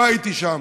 לא הייתי שם,